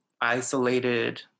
isolated